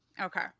Okay